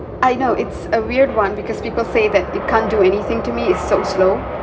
I know it's a weird one because people say that it can't do anything to me it's so slow